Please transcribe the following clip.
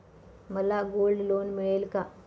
मला gold loan मिळेल का?